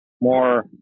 more